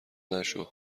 نشو